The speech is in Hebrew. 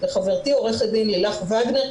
לחברתי עורכת הדין לילך וגנר,